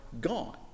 gone